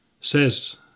says